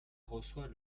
reçoit